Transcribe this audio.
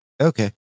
Okay